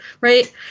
right